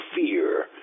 fear